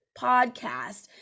podcast